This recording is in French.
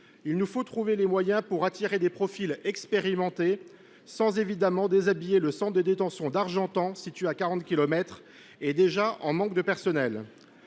il nous faut trouver les moyens pour attirer des profils expérimentés, sans évidemment déshabiller le centre de détention d’Argentan, situé à quarante kilomètres, et déjà en manque de personnel.